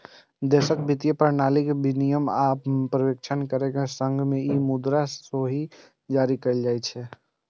देशक वित्तीय प्रणाली के विनियमन आ पर्यवेक्षण करै के संग ई मुद्रा सेहो जारी करै छै